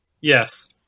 Yes